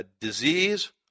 disease